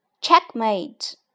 Checkmate